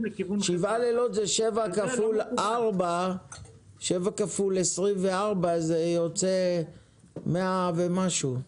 לכיוון --- שבעה לילות זה 7 כפול 24 זה יוצא מאה ומשהו.